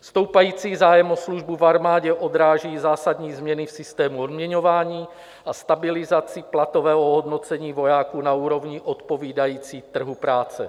Stoupající zájem o službu v armádě odráží zásadní změny v systému odměňování a stabilizaci platového ohodnocení vojáků na úrovni odpovídající trhu práce.